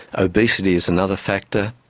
obesity is another factor,